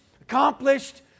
accomplished